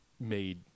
made